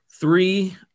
three